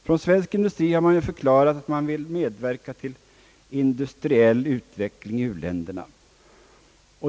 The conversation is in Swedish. Från svensk sida har man förklarat att man vill medverka till industriell utveckling i u-länderna.